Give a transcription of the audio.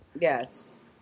Yes